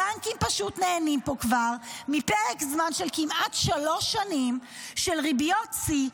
הבנקים פשוט נהנים פה כבר מפרק זמן של כמעט שלוש שנים של ריביות שיא,